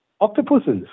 octopuses